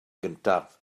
gyntaf